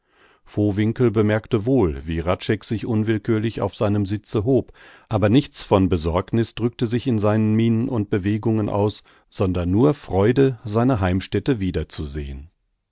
vowinkel bemerkte wohl wie hradscheck sich unwillkürlich auf seinem sitze hob aber nichts von besorgniß drückte sich in seinen mienen und bewegungen aus sondern nur freude seine heimstätte wieder